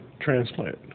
transplant